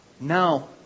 Now